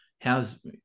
how's